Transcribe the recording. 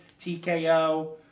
TKO